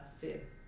fit